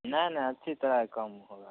नहीं नहीं अच्छी तरह है कम होगा